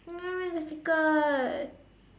uh very difficult